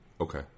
okay